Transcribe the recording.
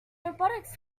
robotics